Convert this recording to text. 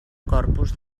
corpus